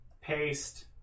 paste